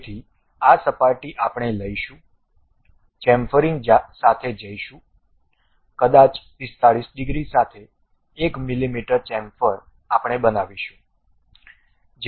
તેથી આ સપાટી આપણે લઈશું ચેમ્ફરિંગ સાથે જઈશું કદાચ 45 ડિગ્રી સાથે 1 મીમી ચેમ્ફર આપણે બનાવીશું